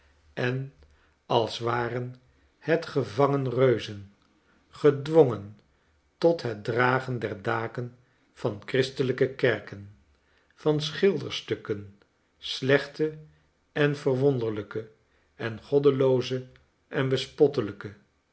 en als waren het gevangen reuzen gedwongen tot het dragen der daken van christelijke kerken van schilderstukken slechte en verwonderlijke en goddelooze enbespottelijke